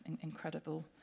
incredible